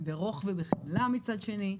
וברוך ובחמלה מצד שני,